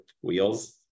wheels